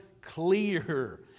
clear